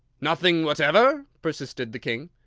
nothing whatever? persisted the king.